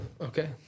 Okay